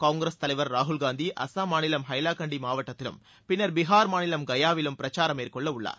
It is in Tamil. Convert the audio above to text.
காங்கிரஸ் தலைவர் ராகுல் காந்தி அஸ்ஸாம் மாநிலம் ஹைலாகண்டி மாவட்டத்திலும் பின்னர் பீகார் மாநிலம் கயாவிலும் பிரச்சாரம் மேற்கொள்ளவுள்ளார்